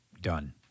Done